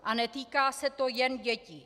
A netýká se to jen dětí.